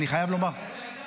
אני חייב לומר ------ מי?